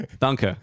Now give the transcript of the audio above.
danke